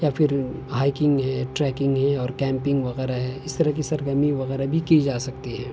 یا پھر ہائکنگ ہے ٹریکنگ ہے اور کیمپنگ وغیرہ ہے اس طرح کی سرگرمی وغیرہ بھی کی جا سکتے ہیں